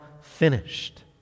finished